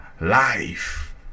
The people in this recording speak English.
life